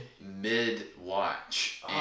Mid-watch